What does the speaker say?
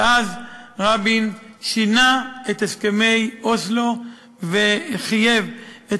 שינה רבין את הסכמי אוסלו וחייב את